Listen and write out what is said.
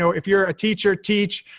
so if you're a teacher, teach.